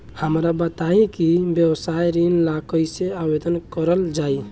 हमरा बताई कि व्यवसाय ऋण ला कइसे आवेदन करल जाई?